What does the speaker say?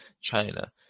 China